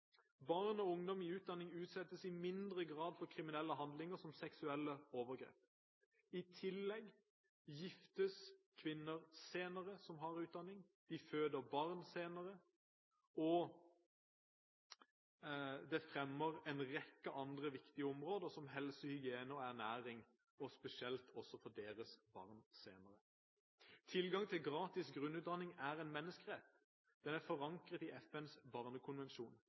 Barn og ungdom i utdanning utsettes i mindre grad for kriminelle handlinger som seksuelle overgrep. I tillegg giftes kvinner som har utdanning, senere, de føder barn senere, og det fremmer en rekke andre viktige områder som helse, hygiene og ernæring, spesielt også for deres barn senere. Tilgang til gratis grunnutdanning er en menneskerett. Det er forankret i FNs barnekonvensjon.